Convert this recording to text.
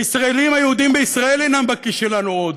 הישראלים היהודים בישראל אינם בכיס שלנו עוד,